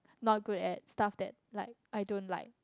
not good at stuff that like I don't like